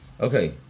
Okay